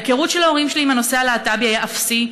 ההיכרות של ההורים שלי עם הנושא הלהט"בי הייתה אפסית,